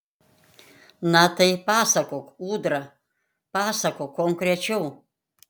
na tai pasakok ūdra pasakok konkrečiau